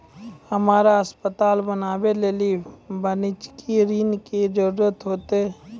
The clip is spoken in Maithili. हमरा अस्पताल बनाबै लेली वाणिज्यिक ऋणो के जरूरत होतै